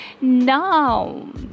Now